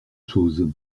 chose